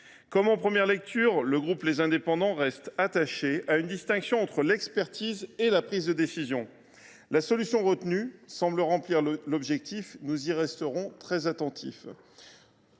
Comme en première lecture, le groupe Les Indépendants reste attaché à une distinction entre l’expertise et la prise de décision. La solution retenue semble correspondre à cet objectif. Nous y resterons très attentifs.